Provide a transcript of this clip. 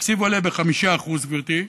התקציב עולה ב-5%, גברתי,